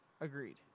Agreed